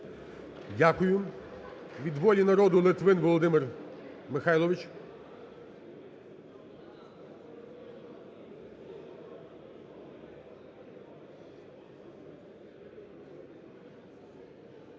Дякую. Від "Волі народу" Литвин Володимир Михайлович.